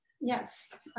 Yes